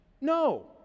No